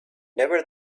never